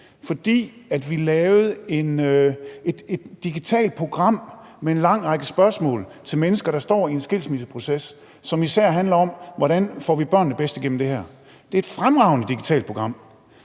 fordi vi lavede et digitalt program med en lang række spørgsmål til mennesker, der står i en skilsmisseproces, og som især handler om, hvordan man får børnene bedst igennem det. Det er et fremragende digitalt program.